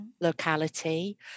locality